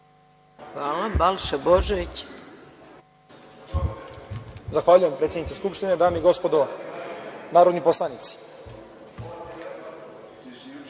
Božović. **Balša Božović** Zahvaljujem. Predsednice Skupštine, dame i gospodo narodni poslanici,